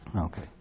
Okay